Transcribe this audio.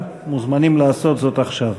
מוזמנים לעשות זאת עכשיו.